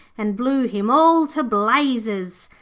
and blew him all to blazes.